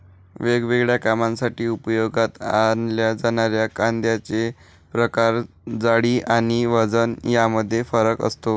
वेगवेगळ्या कामांसाठी उपयोगात आणल्या जाणाऱ्या कागदांचे प्रकार, जाडी आणि वजन यामध्ये फरक असतो